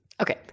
Okay